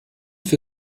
für